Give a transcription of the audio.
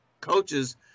coaches